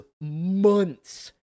months